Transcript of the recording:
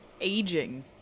aging